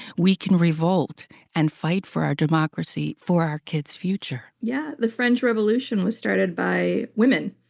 we can revolt and fight for our democracy, for our kids' future. yeah. the french revolution was started by women.